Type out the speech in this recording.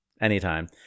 anytime